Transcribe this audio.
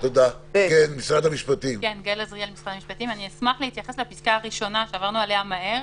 אני אשמח להתייחס לפסקה הראשונה שעברנו עליה מהר.